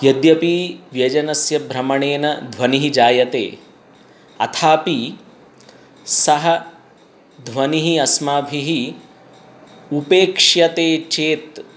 यद्यपि व्यजनस्य भ्रमणेन ध्वनिः जायते अथापि सः ध्वनिः अस्माभिः उपेक्ष्यते चेत्